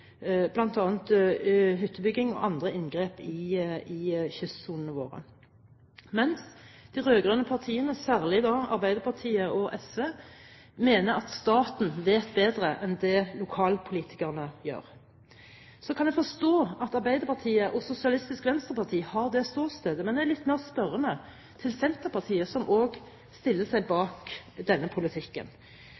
hyttebygging og andre inngrep i kystsonene våre. De rød-grønne partiene, særlig Arbeiderpartiet og SV, mener at staten vet bedre enn det lokalpolitikerne gjør. Jeg kan forstå at Arbeiderpartiet og Sosialistisk Venstreparti har det ståstedet, men jeg er litt mer spørrende til Senterpartiet, som også stiller seg